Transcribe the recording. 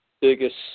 biggest